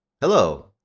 Hello